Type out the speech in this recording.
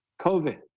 COVID